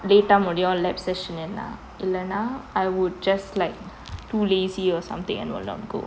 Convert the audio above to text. late ah முடியும்:mudiyum lab session இருந்தா இல்லேன்னா:iruntha illenna I would just like too lazy or something and would not go